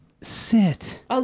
sit